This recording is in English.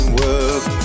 work